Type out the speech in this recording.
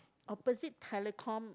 opposite telecom